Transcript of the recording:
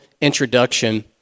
introduction